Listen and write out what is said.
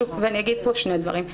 אגיד פה שני דברים.